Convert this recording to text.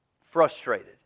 frustrated